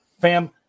Fam